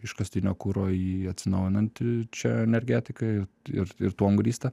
iškastinio kuro į atsinaujinančią energetiką ir ir tuom grįsta